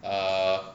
err